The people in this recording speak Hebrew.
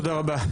תודה רבה.